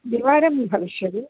द्विवारं भविष्यति